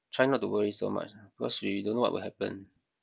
try not to worry so much ah because we don't know what will happen